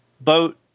boat